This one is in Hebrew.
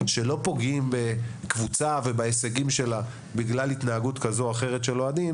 שלא פוגעים בקבוצה ובהישגים שלה בגלל התנהגות כזאת או אחרת של אוהדים,